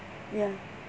ya